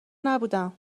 نبودم